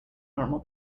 normal